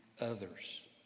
others